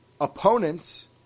opponents